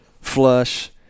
Flush